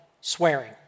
swearing